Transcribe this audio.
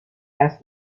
asked